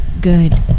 good